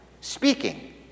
speaking